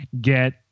get